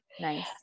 Nice